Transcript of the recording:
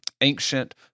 ancient